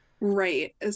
Right